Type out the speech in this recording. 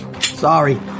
Sorry